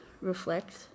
reflect